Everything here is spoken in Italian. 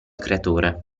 creatore